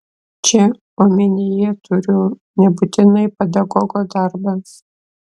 čia omenyje turiu nebūtinai pedagogo darbą